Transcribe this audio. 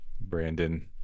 Brandon